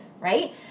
right